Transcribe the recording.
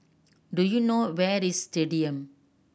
do you know where is Stadium